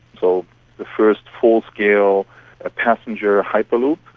so the first full-scale ah passenger hyperloop,